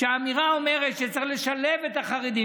האמירה היא שצריך לשלב את החרדים.